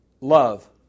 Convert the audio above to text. love